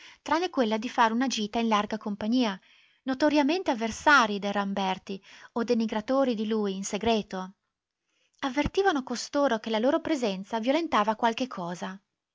lì tranne quella di fare una gita in larga compagnia notoriamente avversarii del ramberti o denigratori di lui in segreto avvertivano costoro che la loro presenza violentava qualche cosa